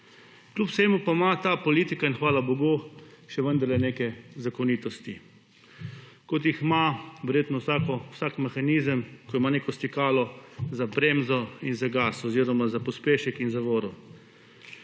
Kljub vsemu pa ima ta politika in hvala bogu še vendarle neke zakonitosti kot jih ima verjetno vsak mehanizem, ko ima neko stikalo za »bremzo«! in za gas oziroma za pospešek in zavoro.